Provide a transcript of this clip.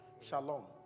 Shalom